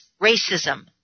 racism